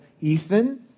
Ethan